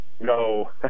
no